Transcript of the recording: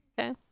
Okay